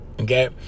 Okay